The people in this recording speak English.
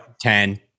Ten